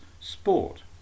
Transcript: sport